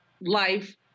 life